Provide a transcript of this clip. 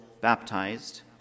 baptized